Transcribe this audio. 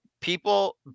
people